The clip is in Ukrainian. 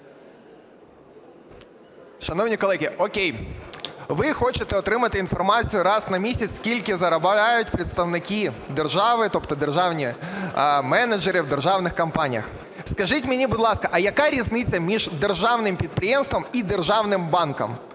Шановні колеги, о'кей. Ви хочете отримати інформацію раз на місяць скільки заробляють представники держави, тобто державні менеджери в державних компаніях. Скажіть мені, будь ласка, а яка різниця між державним підприємством і державним банком?